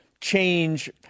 change